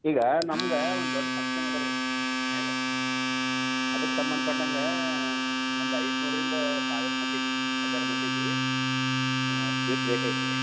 ಈಗ ನಮ್ಗೆ ಒಂದು ದೊಡ್ಡ ಫಂಕ್ಷನ್ ಅದ ರೀ ನಮ್ಮ ಮನೆಯಾಗ ಅದಕ್ಕೆ ಸಂಬಂಧಪಟ್ಟಂಗೆ ಒಂದು ಐದು ನೂರ್ರಿಂದ ಸಾವಿರ ಮಂದಿಗೆ ಹಜಾರ್ ಮಂದಿಗೆ ಸ್ವೀಟ್ಸ್ ಬೇಕಾಗಿತ್ತು